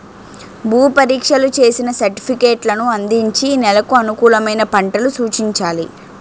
భూ పరీక్షలు చేసిన సర్టిఫికేట్లను అందించి నెలకు అనుకూలమైన పంటలు సూచించాలి